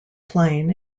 plain